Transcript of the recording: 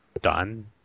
done